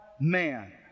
man